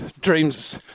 dreams